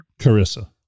carissa